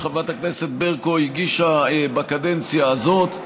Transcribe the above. שחברת הכנסת ברקו הגישה בקדנציה הזאת.